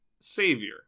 Savior